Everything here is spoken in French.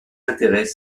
intérêts